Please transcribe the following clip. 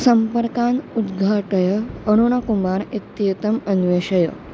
सम्पर्कान् उद्घाटय अरुणकुमार् इत्येतम् अन्वेषय